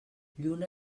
lluna